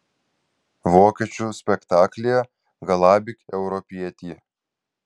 vokiečių spektaklyje galabyk europietį